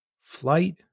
flight